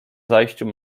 zajściu